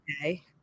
Okay